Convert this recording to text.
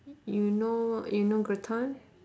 you know you know gratin